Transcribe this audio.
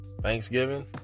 thanksgiving